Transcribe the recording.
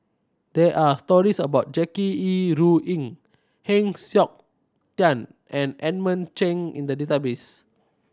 there are stories about Jackie Yi Ru Ying Heng Siok Tian and Edmund Cheng in the database